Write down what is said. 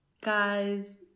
Guys